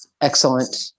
excellent